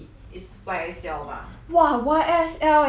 !wah! Y_S_L eh Y_S_L 很贵 sia